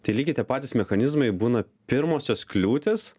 tai lygiai tie patys mechanizmai būna pirmosios kliūtys